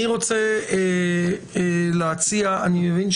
אני ממליץ